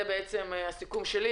זה הסיכום שלי.